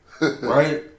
right